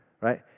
right